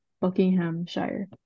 Buckinghamshire